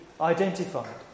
identified